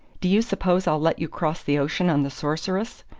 do you suppose i'll let you cross the ocean on the sorceress?